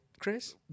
Chris